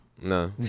No